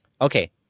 Okay